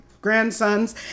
grandsons